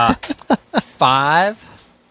Five